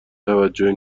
توجهی